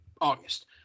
August